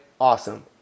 awesome